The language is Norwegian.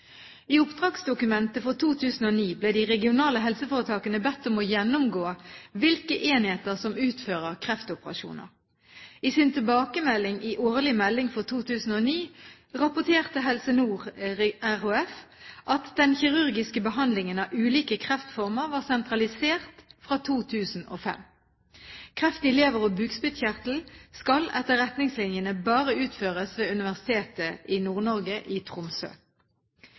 I oppdragsdokumentet for 2009 ble de regionale helseforetakene bedt om å gjennomgå hvilke enheter som utfører kreftoperasjoner. I sin tilbakemelding i årlig melding for 2009 rapporterte Helse Nord RHF at den kirurgiske behandlingen av ulike kreftformer var sentralisert fra 2005. Kreft i lever og bukspyttkjertel skal etter retningslinjene bare behandles ved Universitetssykehuset Nord-Norge i Tromsø. Styret i